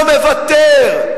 לא מוותר,